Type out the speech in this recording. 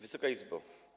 Wysoka Izbo!